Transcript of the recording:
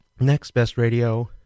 nextbestradio